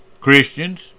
Christians